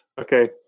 Okay